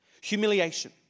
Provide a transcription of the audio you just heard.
Humiliation